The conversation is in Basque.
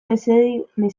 mesedegarri